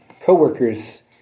co-workers